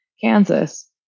Kansas